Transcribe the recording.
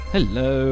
Hello